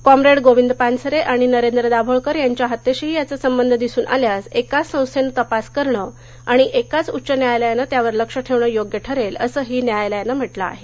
comrade Govind Pansare आणि नरेंद्र दाभोळकर यांच्या हत्येशीही याचा संबंध दिसून आल्यास एकाच संस्थेनं तपास करणं आणि एकाच उच्च न्यायालयानं त्यावर लक्ष ठेवणं योग्य ठरेल असंही न्यायालयानं म्हटलं आहे